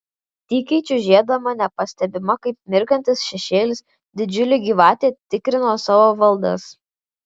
tykiai čiužėdama nepastebima kaip mirgantis šešėlis didžiulė gyvatė tikrino savo valdas